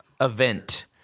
event